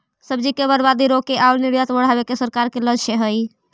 सब्जि के बर्बादी रोके आउ निर्यात बढ़ावे के सरकार के लक्ष्य हइ